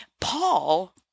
Paul